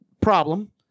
problem